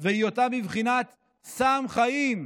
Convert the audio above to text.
והיותה בבחינת 'סם חיים',